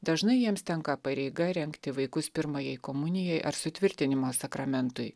dažnai jiems tenka pareiga rengti vaikus pirmajai komunijai ar sutvirtinimo sakramentui